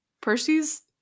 Percy's